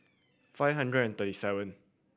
five hundred and thirty seven